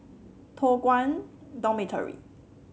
Toh Guan Dormitory